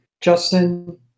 Justin